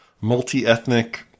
multi-ethnic